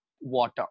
water